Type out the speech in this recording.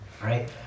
Right